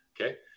Okay